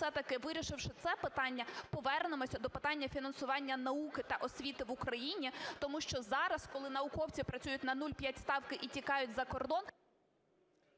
все-таки, вирішивши це питання, повернемося до питання фінансування науки та освіти в Україні, тому що зараз, коли науковці працюють на 0,5 ставки і тікають за кордон…